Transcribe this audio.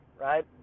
right